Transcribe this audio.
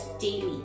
daily